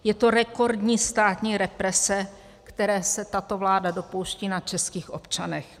Je to rekordní státní represe, které se tato vláda dopouští na českých občanech.